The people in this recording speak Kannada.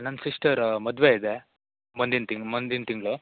ನನ್ನ ಸಿಸ್ಟರ್ ಮದುವೆ ಇದೆ ಮುಂದಿನ ತಿಂಗ ಮುಂದಿನ ತಿಂಗಳು